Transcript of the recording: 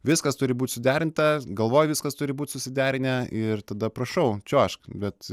viskas turi būt suderinta galvoj viskas turi būti susiderinę ir tada prašau čiuožk bet